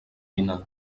dinar